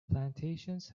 plantations